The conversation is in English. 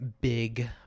big